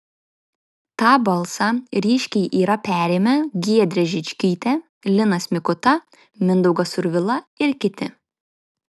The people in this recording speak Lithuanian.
tą balsą ryškiai yra perėmę giedrė žickytė linas mikuta mindaugas survila ir kiti